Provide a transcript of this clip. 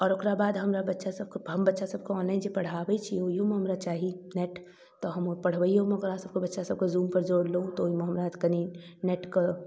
ओकरा बाद हमरा बच्चासभके हम बच्चासभके ऑनलाइन जे पढ़ाबै छी ओहिओमे हमरा चाही नेट तऽ हम पढ़बैओमे ओकरासभके बच्चासभके जूमपर जोड़लहुँ तऽ ओहिमे हमरा कनि नेटके